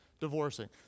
divorcing